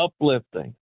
uplifting